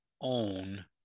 own